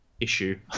issue